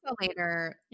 later